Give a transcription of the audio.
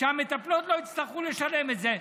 שהמטפלות לא יצטרכו לשלם את זה.